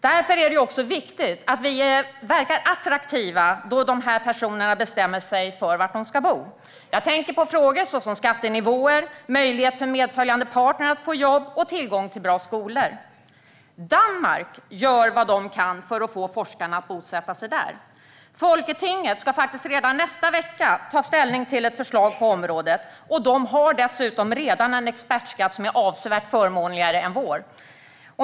Därför är det också viktigt att vi verkar attraktiva när dessa personer bestämmer sig för var de ska bo. Jag tänker på frågor som skattenivåer, möjlighet för medföljande partner att få jobb och tillgång till bra skolor. Danmark gör vad de kan för att få forskarna att bosätta sig där. Folketinget ska faktiskt redan nästa vecka ta ställning till ett förslag på området, och de har dessutom redan en expertskatt som är avsevärt förmånligare än vår.